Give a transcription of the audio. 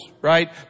right